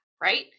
right